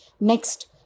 Next